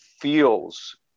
feels